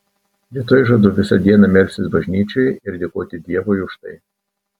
rytoj žadu visą dieną melstis bažnyčioje ir dėkoti dievui už tai